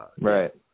Right